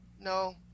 no